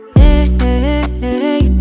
hey